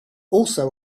also